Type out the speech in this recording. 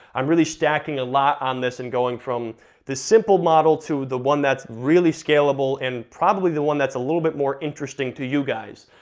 i'm really stacking a lot on this and going from this simple model to the one that's really scalable, and probably the one that's a little bit more interesting to you guys,